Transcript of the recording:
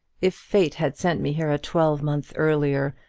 if fate had sent me here a twelvemonth earlier,